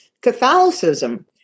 Catholicism